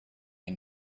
and